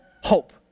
Hope